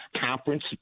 conference